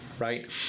right